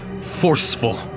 forceful